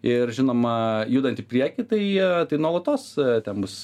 ir žinoma judant į priekį tai tai nuolatos ten bus